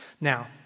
Now